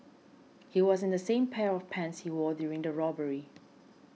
he was in the same pair of pants he wore during the robbery